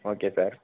okay sir